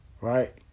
right